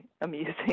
amusing